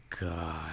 God